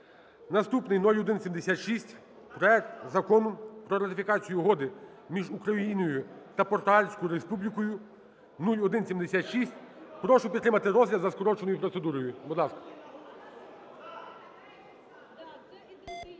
Наступний 0176, проект Закону про ратифікацію Угоди між Україною та Португальською Республікою (0176). Прошу підтримати розгляд за скороченою процедурою,